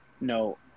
no